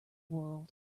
world